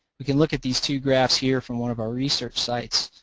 we can look at these two graphs here from one of our research sites.